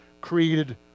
created